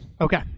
Okay